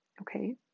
okay